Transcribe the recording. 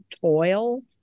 toil